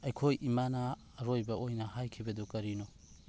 ꯑꯩꯈꯣꯏ ꯏꯃꯥꯅ ꯑꯔꯣꯏꯕ ꯑꯣꯏꯅ ꯍꯥꯏꯈꯤꯕꯗꯨ ꯀꯔꯤꯅꯣ